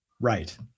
Right